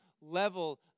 level